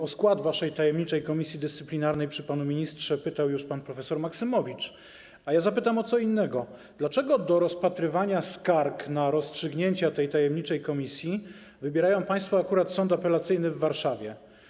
O skład waszej tajemniczej komisji dyscyplinarnej przy panu ministrze pytał już pan prof. Maksymowicz, a ja zapytam o co innego: Dlaczego do rozpatrywania skarg na rozstrzygnięcia tej tajemniczej komisji wybierają państwo akurat Sąd Apelacyjny w Warszawie?